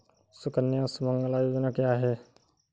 सुकन्या सुमंगला योजना क्या है?